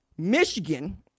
Michigan